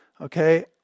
Okay